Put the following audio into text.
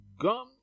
GUM